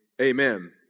amen